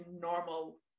normal